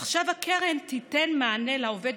עכשיו הקרן תיתן מענה לעובד